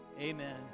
amen